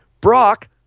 Brock